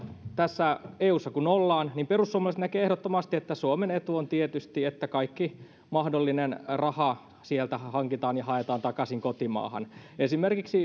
eussa kun ollaan niin perussuomalaiset näkevät ehdottomasti että suomen etu on tietysti että kaikki mahdollinen raha sieltä hankitaan ja haetaan takaisin kotimaahan